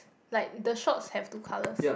like the socks have two colours